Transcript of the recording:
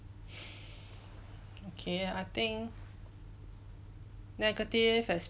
okay I think negative